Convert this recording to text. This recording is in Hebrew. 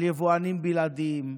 על יבואנים בלעדיים,